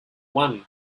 one